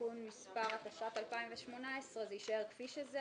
(תיקון מס' ), התשע"ט-2018 יישארו כפי שהן.